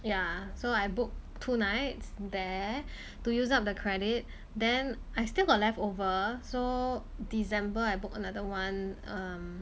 ya so I book two nights there to use up the credit then I still got leftover so december I book another one um